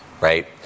right